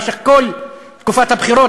במשך כל תקופת הבחירות,